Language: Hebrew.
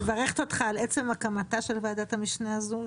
אני מברכת אותך על עצם הקמתה של ועדת המשנה הזו,